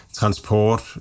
transport